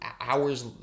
Hours